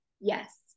yes